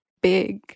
big